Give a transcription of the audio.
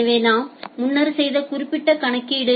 எனவே நாம் முன்னர் செய்த குறிப்பிட்ட கணக்கீடு